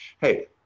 hey